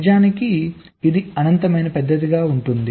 నిజానికి ఇది అనంతమైన పెద్దదిగా ఉంటుంది